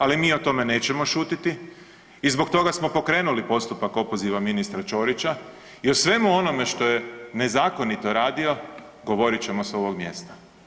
Ali mi o tome nećemo šutiti i zbog toga smo pokrenuli postupak opoziva ministra Ćorića i o svemu onome što je nezakonito radio govorit ćemo s ovog mjesta.